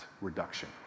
reduction